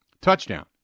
Touchdown